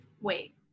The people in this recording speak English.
Wait